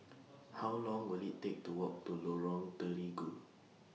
How Long Will IT Take to Walk to Lorong Terigu